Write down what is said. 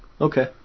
Okay